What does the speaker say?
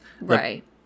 Right